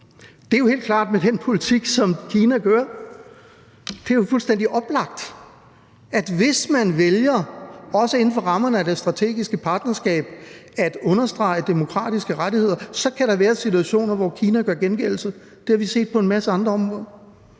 Det er jo helt klart med den politik, som Kina fører. Det er fuldstændig oplagt, at hvis man vælger, også inden for rammerne af det strategiske partnerskab, at understrege demokratiske rettigheder, så kan der være situationer, hvor Kina gør gengældelse. Det har vi set på en masse andre områder,